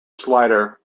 slider